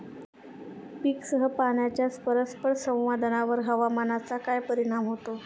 पीकसह पाण्याच्या परस्पर संवादावर हवामानाचा काय परिणाम होतो?